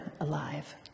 alive